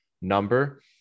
number